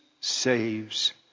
saves